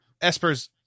Esper's